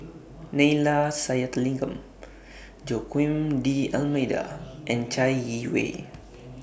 Neila Sathyalingam Joaquim D'almeida and Chai Yee Wei